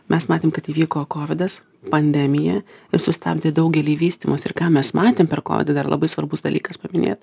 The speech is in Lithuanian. mes matėm kad įvyko kovidas pandemija ir sustabdė daugelį vystymosi ir ką mes matėm per kovidą dar labai svarbus dalykas paminėt